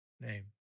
name